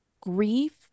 grief